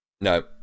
No